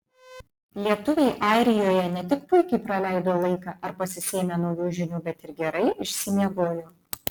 lietuviai airijoje ne tik puikiai praleido laiką ar pasisėmė naujų žinių bet ir gerai išsimiegojo